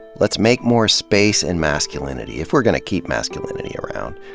let's make more space in masculinity, if we're gonna keep masculinity around.